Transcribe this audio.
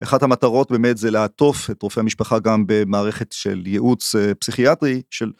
אחת המטרות באמת זה לעטוף את רופא המשפחה גם במערכת של ייעוץ אה... פסיכיאטרי, של...